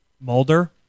Mulder